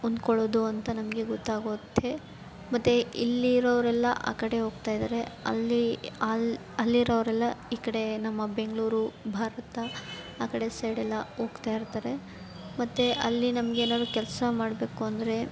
ಹೊಂದ್ಕೊಳ್ಳೋದು ಅಂತ ನಮಗೆ ಗೊತ್ತಾಗುತ್ತೆ ಮತ್ತೆ ಇಲ್ಲಿರೋರೆಲ್ಲ ಆ ಕಡೆ ಹೋಗ್ತಾಯಿದ್ದಾರೆ ಅಲ್ಲಿ ಅಲ್ಲಿ ಅಲ್ಲಿರೋರೆಲ್ಲ ಈ ಕಡೆ ನಮ್ಮ ಬೆಂಗಳೂರು ಭಾರತ ಆ ಕಡೆ ಸೈಡೆಲ್ಲ ಹೋಗ್ತಾಯಿರ್ತಾರೆ ಮತ್ತೆ ಅಲ್ಲಿ ನಮಗೇನಾದ್ರು ಕೆಲಸ ಮಾಡಬೇಕು ಅಂದರೆ